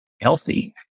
healthy